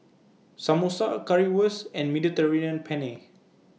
Samosa Currywurst and Mediterranean Penne